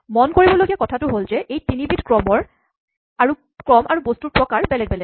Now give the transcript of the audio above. মন কৰিবলগীয়া কথাটো হ'ল যে এই তিনিবিধ ক্ৰম আৰু বস্তুৰ প্ৰকাৰ বেলেগ বেলেগ